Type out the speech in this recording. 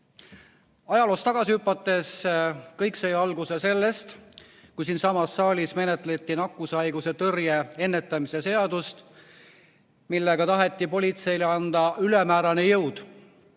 Ajaloos tagasi hüpates: kõik sai alguse sellest, kui siinsamas saalis menetleti nakkushaiguste tõrje ja ennetamise seadust, millega taheti politseile anda ülemäärase jõu